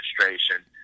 administration